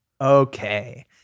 okay